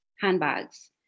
handbags